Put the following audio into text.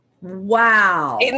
Wow